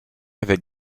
avec